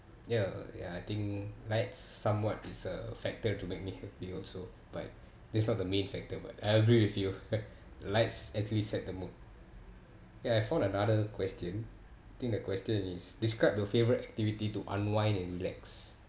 ya ya I think like some what is a factor to make me happy also but that's not the main factor but I agree with you lights actually set the mood ya I found another question think the question is describe your favourite activity to unwind and relax